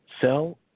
sell